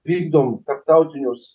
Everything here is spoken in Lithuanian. vykdom tarptautinius